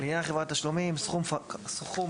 לעניין חברת תשלומים סכום